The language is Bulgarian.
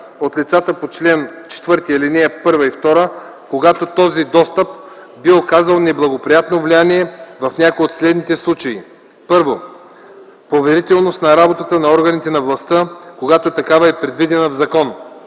1. поверителност на работата на органите на властта, когато такава е предвидена в закон;